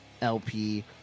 LP